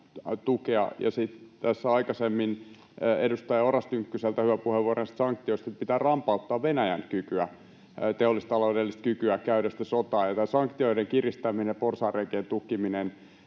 sitten tässä oli aikaisemmin edustaja Oras Tynkkyseltä hyvä puheenvuoro näistä sanktioista, että pitää rampauttaa Venäjän kykyä, teollistaloudellista kykyä, käydä sotaa, ja tämä sanktioiden kiristäminen ja porsaanreikien tukkiminen